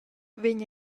vegn